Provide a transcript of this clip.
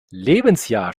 lebensjahr